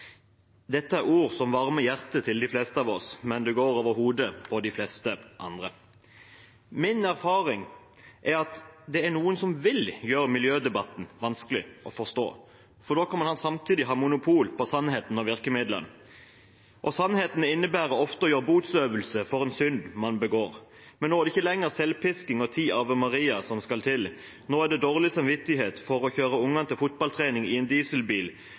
Dette er ord som varmer hjertet til de fleste av oss, men det går over hodet på de fleste andre. Min erfaring er at det er noen som vil gjøre miljødebatten vanskelig å forstå, for da kan man samtidig ha monopol på sannheten og virkemidlene. Og sannheten innebærer ofte å gjøre botsøvelse for en synd man begår. Men nå er det ikke lenger selvpisking og ti Ave Maria som skal til. Nå er det dårlig samvittighet for å kjøre barna til fotballtrening i en dieselbil,